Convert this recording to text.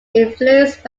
influenced